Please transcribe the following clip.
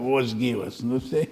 vos gyvas nu sei